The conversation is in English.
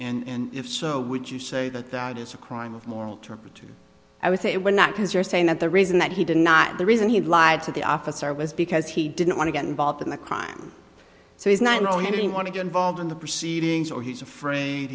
felony and if so would you say that that is a crime of moral turpitude i would say it would not because you're saying that the reason that he did not the reason he lied to the officer was because he didn't want to get involved in the crime so he's not knowing any want to get involved in the proceedings or he's afraid